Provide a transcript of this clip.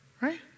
right